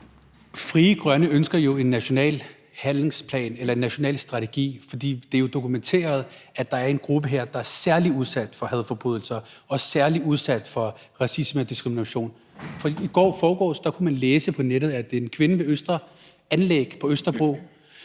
Frie Grønne ønsker jo en national handlingsplan eller national strategi, for det er dokumenteret, at der er en gruppe her, der er særlig udsat for hadforbrydelser og særlig udsat for racisme og diskrimination. I går eller forgårs kunne man læse på nettet, at en kvinde ved Østre Anlæg på Østerbro